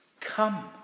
Come